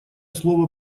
слово